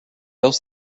else